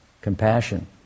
compassion